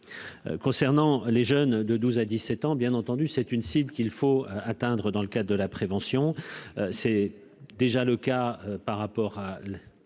concernant les jeunes de 12 à 17 ans, bien entendu, c'est une signe qu'il faut atteindre dans le cas de la prévention, c'est déjà le cas, par rapport à